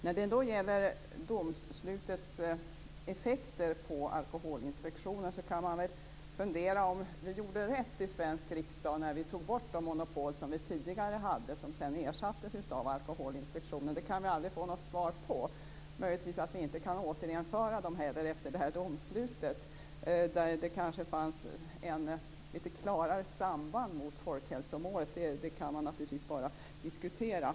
När det gäller domslutets effekter på Alkoholinspektionen, kan man väl fundera på om vi gjorde rätt i svensk riksdag när vi tog bort de monopol som vi tidigare hade och som sedan ersattes av Alkoholinspektionen. Det kan vi aldrig få något svar på. Möjligtvis kan vi inte återinföra dem heller efter det här domslutet. Då fanns det kanske ett litet klarare samband i förhållande till folkhälsomålet. Det kan man naturligtvis bara diskutera.